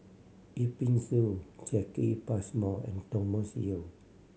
Yip Pin Xiu Jacki Passmore and Thomas Yeo